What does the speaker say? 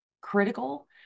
critical